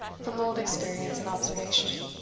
from old experience and observation.